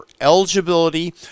eligibility